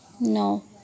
no